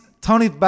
Tony